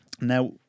Now